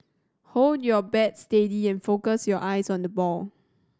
hold your bat steady and focus your eyes on the ball